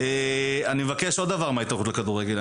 אני מבקש עוד דבר מההתאחדות לכדורגל.